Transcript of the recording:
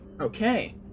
Okay